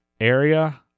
area